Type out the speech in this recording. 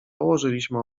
położyliśmy